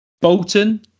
Bolton